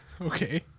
Okay